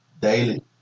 Daily